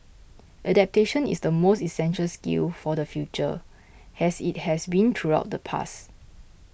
adaptation is the most essential skill for the future as it has been throughout the past